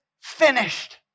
finished